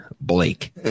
Blake